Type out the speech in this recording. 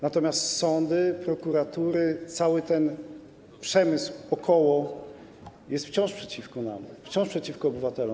Natomiast sądy, prokuratury, cały ten przemysł około jest wciąż przeciwko nam, wciąż przeciwko obywatelom.